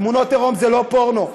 תמונות עירום זה לא פורנו.